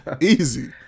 Easy